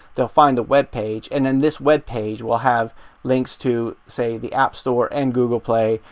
they'll find the webpage and then this webpage will have links to say, the app store and google play.